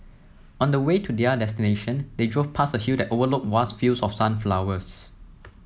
on the way to their destination they drove past a hill that overlooked vast fields of sunflowers